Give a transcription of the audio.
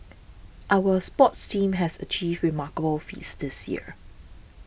our sports teams has achieved remarkable feats this year